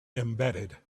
embedded